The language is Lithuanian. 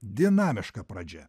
dinamiška pradžia